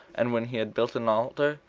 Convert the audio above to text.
and when he had built an altar,